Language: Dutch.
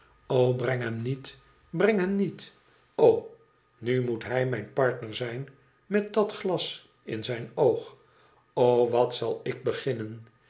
hem niet bredg hem niet o nu moet hij mijn partner zijn met dat las in zijn oog o wat zal ik beginnen